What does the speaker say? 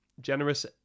Generous